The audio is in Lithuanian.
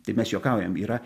tai mes juokaujam yra